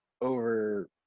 over